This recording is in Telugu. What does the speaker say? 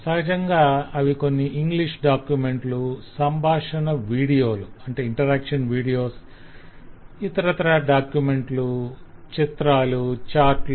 సహజంగా అవి కొన్ని ఇంగ్లీష్ డాక్యుమెంట్లు సంభాషణ వీడియోలు ఇతరత్రా డాక్యుమెంట్లు చిత్రాలు చార్టులు